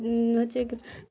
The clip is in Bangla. হচ্ছে